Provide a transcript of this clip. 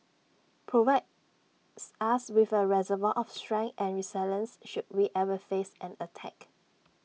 provides us with A reservoir of strength and resilience should we ever face an attack